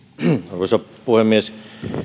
arvoisa puhemies